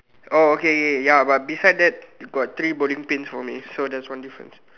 oh okay okay ya ya but beside that got three bowling pins for me so that is one difference